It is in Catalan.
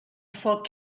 foc